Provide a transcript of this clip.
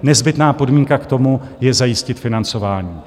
Nezbytná podmínka k tomu je zajistit financování.